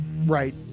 right